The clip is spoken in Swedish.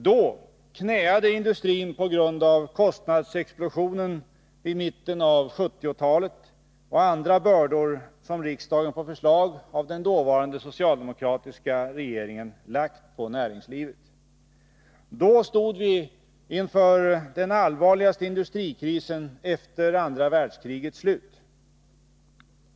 Då knäade industrin på grund av kostnadsexplosionen vid mitten av 1970-talet och andra bördor, som riksdagen på förslag av den dåvarande socialdemokratiska regeringen lagt på näringslivet. Då stod vi inför den allvarligaste industrikrisen efter andra världskrigets slut.